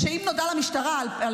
החסד"פ אומר שאם נודע למשטרה על